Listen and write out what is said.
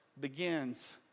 begins